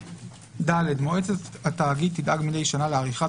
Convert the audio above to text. (ד) מועצת התאגיד תדאג מדי שנה לעריכת